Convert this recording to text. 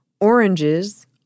oranges